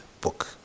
book